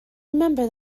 remember